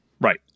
Right